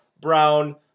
Brown